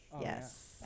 Yes